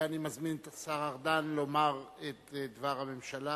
אני מזמין את השר ארדן לומר את דבר הממשלה